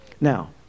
Now